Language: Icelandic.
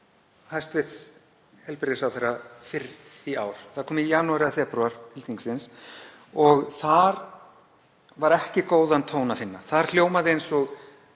til hæstv. heilbrigðisráðherra fyrr í ár kom í janúar eða febrúar til þingsins og þar var ekki góðan tón að finna. Það hljómaði eins og